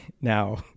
Now